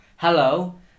Hello